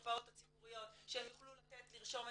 במרפאות הציבוריות שהם יוכלו לרשום את